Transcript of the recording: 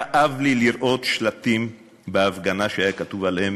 כאב לי לראות שלטים בהפגנה שהיה כתוב עליהם